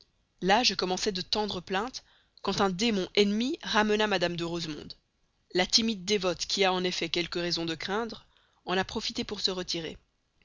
là je commençais de tendres plaintes quand un démon ennemi a ramené mme de rosemonde la timide dévote qui a en effet quelque raison de craindre en a profité pour se retirer